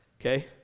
Okay